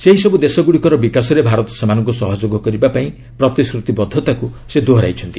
ସେହିସବ୍ଧ ଦେଶଗ୍ରଡ଼ିକର ବିକାଶରେ ଭାରତ ସେମାନଙ୍କ ସହଯୋଗ କରିବାପାଇଁ ପ୍ରତିଶ୍ରତିବଦ୍ଧତାକୃ ସେ ଦୋହରାଇଛନ୍ତି